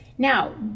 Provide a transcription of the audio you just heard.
Now